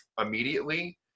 immediately